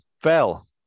fell